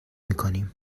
میکنیم